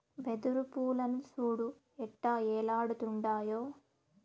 వెదురు పూలను సూడు ఎట్టా ఏలాడుతుండాయో